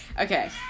Okay